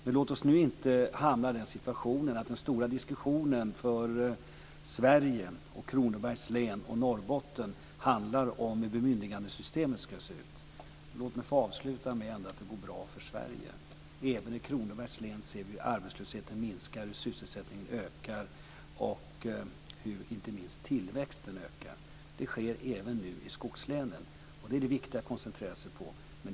Men låt oss inte hamna i den situationen att den stora diskussionen för Sverige, Kronobergs län och Norrbotten handlar om hur bemyndigandesystemet ska se ut. Låt mig ändå få avsluta med att det går bra för Sverige. Även i Kronobergs län ser vi hur arbetslösheten minskar, hur sysselsättningen ökar och inte minst hur tillväxten ökar. Det sker nu även i skogslänen. Det är det viktiga att koncentrera sig på.